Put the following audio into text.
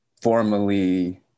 Formally